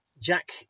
Jack